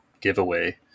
giveaway